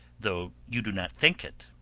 though you do not think it.